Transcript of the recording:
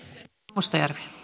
arvoisa